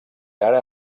ara